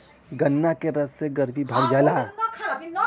गन्ना के रस से गरमी भाग जाला